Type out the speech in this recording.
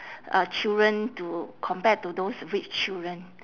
uh children to compared to those rich children